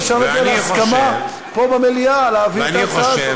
אפשר להגיע להסכמה פה במליאה להעביר את ההצעה הזו.